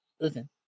Listen